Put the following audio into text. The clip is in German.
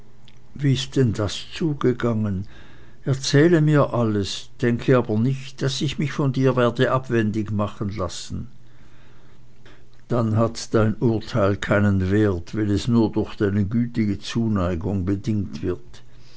wie ist das denn zugegangen erzähle mir alles denke aber nicht daß ich mich von dir werde abwendig machen lassen dann hat dein urteil keinen wert wenn es nur durch deine gütige zuneigung bedingt wird